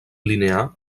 linear